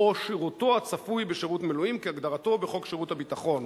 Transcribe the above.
או שירותו הצפוי בשירות מילואים כהגדרתו בחוק שירות הביטחון.